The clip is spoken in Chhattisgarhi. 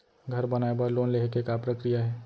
घर बनाये बर लोन लेहे के का प्रक्रिया हे?